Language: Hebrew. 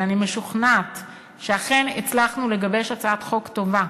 ואני משוכנעת שאכן הצלחנו לגבש הצעת חוק טובה,